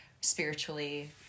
spiritually